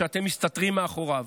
שאתם מסתתרים מאחוריו.